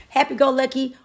Happy-go-lucky